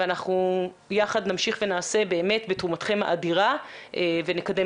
אנחנו יחד נמשיך ונעשה בתרומתכם האדירה ונקדם